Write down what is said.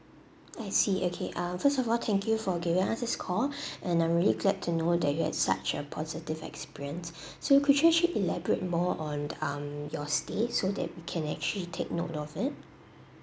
I see okay uh first of all thank you for giving us this call and I'm really glad to know that you had such a positive experience so could you actually elaborate more on um your stay so that we can actually take note of it